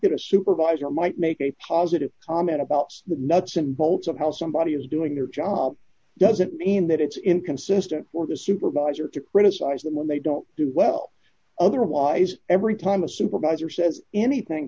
that a supervisor might make a positive comment about the nuts and bolts of how somebody is doing their job doesn't mean that it's inconsistent for the supervisor to criticize them when they don't do well otherwise every time a supervisor says anything